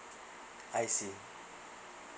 I see